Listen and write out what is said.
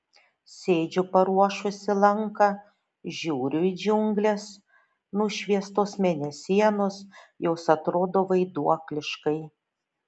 sėdžiu paruošusi lanką žiūriu į džiungles nušviestos mėnesienos jos atrodo vaiduokliškai